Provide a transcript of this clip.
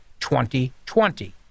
2020